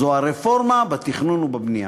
זו הרפורמה בתכנון ובבנייה.